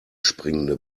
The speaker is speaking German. springende